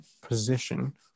position